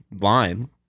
line